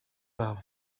babo